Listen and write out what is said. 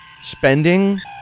spending